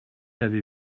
avez